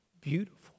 beautiful